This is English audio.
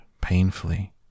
painfully